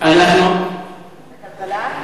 אדוני היושב-ראש?